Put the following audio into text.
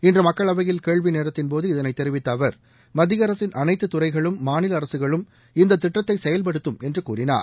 இன்று மக்களவையில் கேள்விநேரத்தின்போது இதனை தெரிவித்த அவர் மத்தியஅரசின் அனைத்து துறைகளும் மாநில அரசுகளும் இந்த திட்டத்தை செயல்படுத்தும் என்று கூறினார்